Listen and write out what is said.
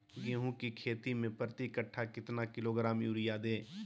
गेंहू की खेती में प्रति कट्ठा कितना किलोग्राम युरिया दे?